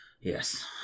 Yes